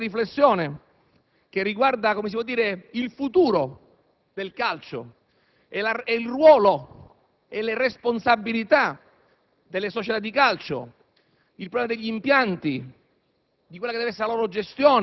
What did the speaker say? Vi è stata una interessante riflessione che riguarda il futuro del calcio, il ruolo e le responsabilità delle società di calcio, il problema degli impianti,